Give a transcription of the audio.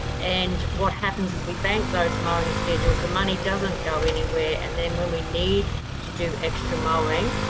and what happens is, we bank those mowing schedules. the money doesn't go anywhere and then when we need to do extra mowing,